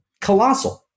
Colossal